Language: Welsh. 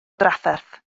drafferth